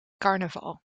carnaval